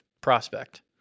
prospect